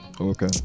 okay